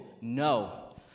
no